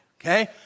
okay